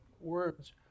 words